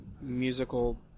musical